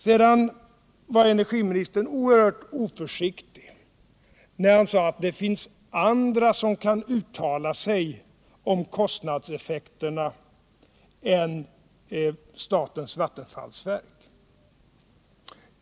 Sedan var energiministern oerhört oförsiktig när han sade att det finns andra som kan uttala sig om kostnadseffekterna än statens vattenfallsverk.